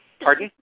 Pardon